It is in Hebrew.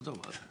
עזוב.